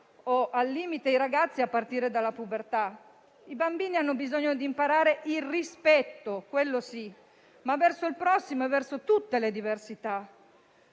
o, al limite, i ragazzi a partire dalla pubertà? I bambini hanno bisogno di imparare il rispetto - quello sì - ma verso il prossimo e tutte le diversità.